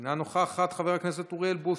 אינה נוכחת, חברת הכנסת אוריאל בוסו,